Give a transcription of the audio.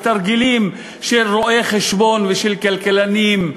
בתרגילים של רואי-חשבון ושל כלכלנים,